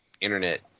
internet